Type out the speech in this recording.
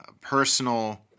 personal